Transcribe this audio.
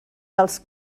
dels